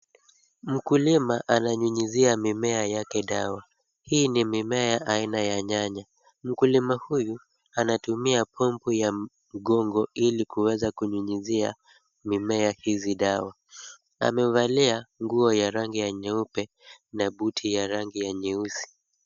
Mkulima ananyumyizia mimea yake dawa. Hii ni mimea ya aina ya nyanya. Mkulima huyu anatumia pampu ya mgongo ili kuweza kunyunyizia mimea hizi dawa. Amevalia nguo ya rangi ya nyeupe na buti ya rangi ya nyeusi.